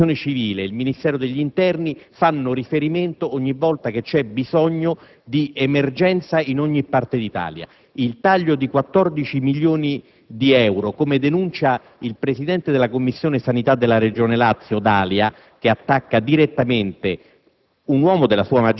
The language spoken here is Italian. la Protezione civile e il Ministero degli interni fanno ad esso riferimento ogni volta che vi è un'emergenza in ogni parte d'Italia. Il taglio di 14 milioni di euro, come denuncia il presidente della Commissione sanità della regione Lazio Dalia, che attacca direttamente